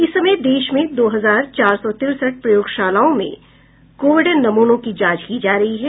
इस समय देश में दो हजार चार सौ तिरसठ प्रयोगशालाओं में कोविड नमूनों की जांच की जा रही है